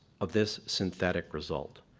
of this synthetic result.